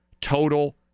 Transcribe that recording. Total